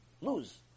lose